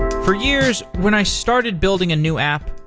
for years, when i started building a new app,